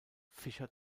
fischer